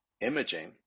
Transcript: imaging